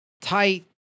tight